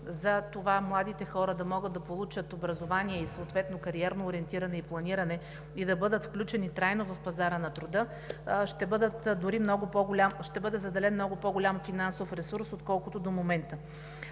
за това младите хора да могат да получат образование и съответно кариерно ориентиране и планиране и да бъдат включени трайно в пазара на труда, ще бъде заделен много по-голям финансов ресурс, отколкото до момента.